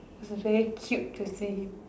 very cute to see him